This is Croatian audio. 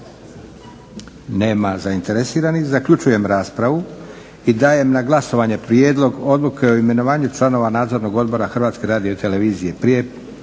Nema zainteresiranih. Zaključujem raspravu i dajem na glasovanje Prijedlog odluke o imenovanju članova Nadzornog odbora Hrvatske radiotelevizije. Prije